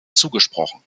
zugesprochen